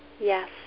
Yes